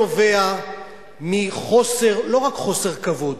זה נובע לא רק מחוסר כבוד,